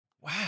wow